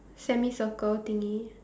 semi circle thingy